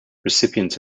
recipients